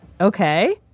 Okay